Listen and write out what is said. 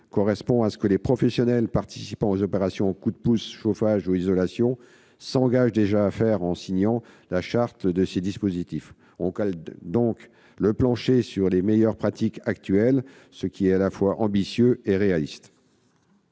correspondent à ce que les professionnels participant aux opérations « coups de pouce chauffage » ou « coup de pouce isolation » s'engagent déjà à faire en signant la charte de ces dispositifs. On cale donc le plancher sur les meilleures pratiques actuelles, ce qui est à la fois ambitieux et réaliste.